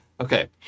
Okay